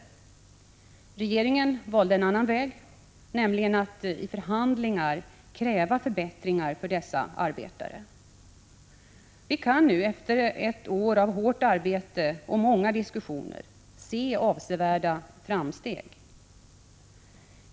Regeringen har valt en annan väg, nämligen att i förhandlingar kräva förbättringar för dessa arbetare. Vi kan nu efter ett år av hårt arbete och många diskussioner se avsevärda framsteg.